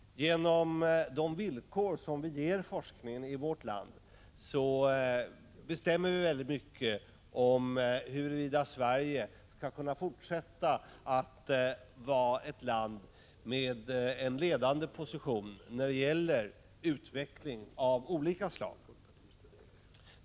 Genom de villkor som vi ger forskningen i vårt land bestämmer vi till stor del huruvida Sverige skall kunna fortsätta att vara ett land i en ledande position när det gäller utveckling av olika slag.